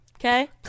Okay